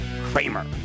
Kramer